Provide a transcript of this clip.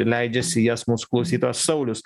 leidžiasi į jas mūsų klausytojas saulius